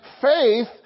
faith